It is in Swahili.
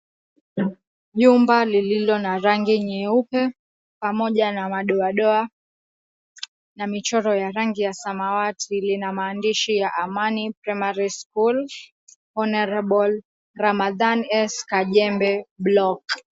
Nyumba lililo na rangi nyeupe pamoja na madoadoa na michoro ya rangi ya samawati lina maandishi ya Amani Primary School Honorable Ramadhan S. Kajembe Block.